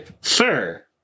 Sir